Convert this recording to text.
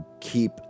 keep